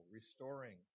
restoring